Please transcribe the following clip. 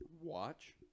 watch